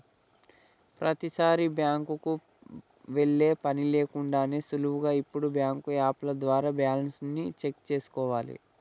ప్రతీసారీ బ్యాంకుకి వెళ్ళే పని లేకుండానే సులువుగా ఇప్పుడు బ్యాంకు యాపుల ద్వారా బ్యాలెన్స్ ని చెక్ చేసుకోవాలే